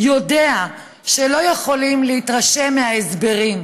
יודע שלא יכולים להתרשם מההסברים.